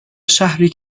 شهری